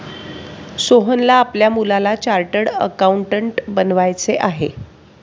सोहनला आपल्या मुलाला चार्टर्ड अकाउंटंट बनवायचे आहे